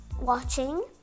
watching